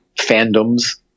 fandoms